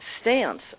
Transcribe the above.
stance